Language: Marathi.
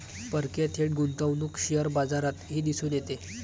परकीय थेट गुंतवणूक शेअर बाजारातही दिसून येते